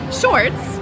shorts